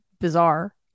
bizarre